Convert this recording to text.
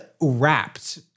wrapped